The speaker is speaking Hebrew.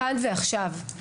כאן ועכשיו.